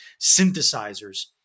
synthesizers